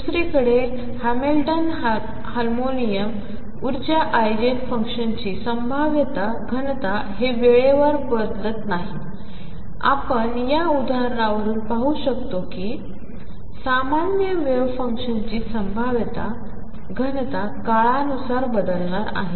दुसरीकडेहॅमिल्टनहॅमिल्टोनियनउर्जाआयगेनफंक्शन्सचीसंभाव्यताघनताहिवेळेबरोबरबदलतनाही आपणयाउदाहरणावरूनपाहूशकताकीसामान्यवेव्हफंक्शनचीसंभाव्यताघनताकाळानुसारबदलणारआहे